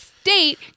state